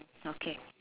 okay